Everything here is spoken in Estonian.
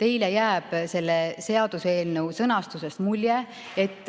teile jääb selle seaduseelnõu sõnastusest mulje, et